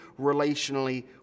relationally